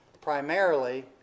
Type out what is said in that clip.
primarily